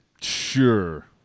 Sure